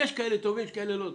יש כאלה טובים ויש כאלה לא טובים.